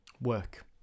work